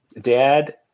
Dad